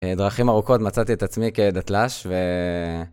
דרכים ארוכות, מצאתי את עצמי כדתל"ש, ו...